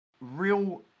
real